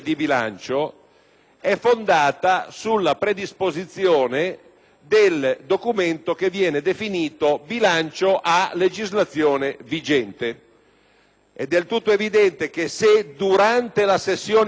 è fondata sulla predisposizione del documento che viene definito "bilancio a legislazione vigente". È del tutto evidente che se durante tale sessione i dati